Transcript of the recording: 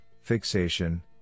fixation